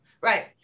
Right